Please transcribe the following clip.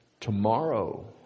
Tomorrow